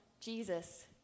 Jesus